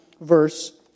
verse